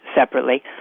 separately